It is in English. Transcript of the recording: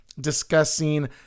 discussing